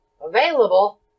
Available